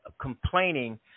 complaining